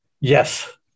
Yes